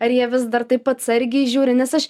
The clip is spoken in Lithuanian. ar jie vis dar taip atsargiai žiūri nes aš